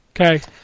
Okay